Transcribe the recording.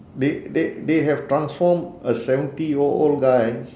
they they they have transformed a seventy year old guy